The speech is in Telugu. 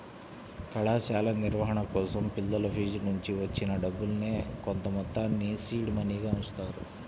కళాశాల నిర్వహణ కోసం పిల్లల ఫీజునుంచి వచ్చిన డబ్బుల్నే కొంతమొత్తాన్ని సీడ్ మనీగా ఉంచుతారు